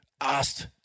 asked